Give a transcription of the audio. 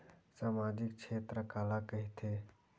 सामजिक क्षेत्र काला कइथे?